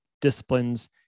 disciplines